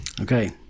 Okay